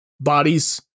bodies